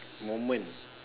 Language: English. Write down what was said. moment